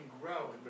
grow